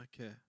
Okay